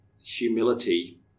humility